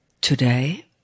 Today